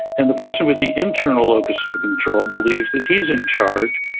and the person with the internal locus of control believes that he's in charge,